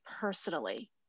personally